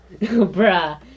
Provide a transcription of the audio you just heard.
Bruh